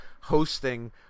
hosting